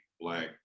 Black